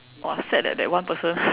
!wah! sad eh that one person